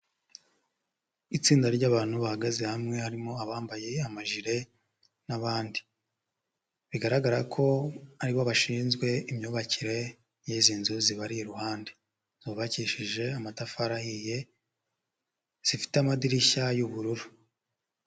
Itsinda rya'bantu bahagaze hamwe harimo abambaye amajire n'abandi bigaragara ko aribo bashinzwe imyubakire y'izi nzu zibari iruhande zubabakishije amatafari ahiye zifite amadirishya y'ubururu.